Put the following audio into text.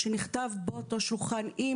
ונכתבו באותו שולחן עם